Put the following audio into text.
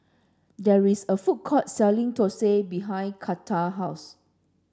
there is a food court selling Thosai behind Karter house